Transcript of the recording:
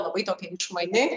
labai tokia išmani